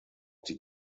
die